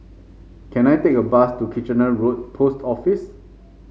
can I take a bus to Kitchener Road Post Office